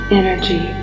energy